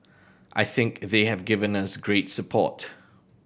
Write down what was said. I think they have given us great support